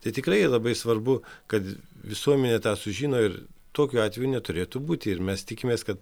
tai tikrai labai svarbu kad visuomenė tą sužino ir tokių atvejų neturėtų būti ir mes tikimės kad